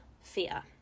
fear